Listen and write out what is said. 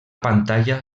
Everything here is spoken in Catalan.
pantalla